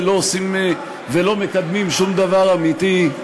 לא עושים ולא מקדמים שום דבר אמיתי.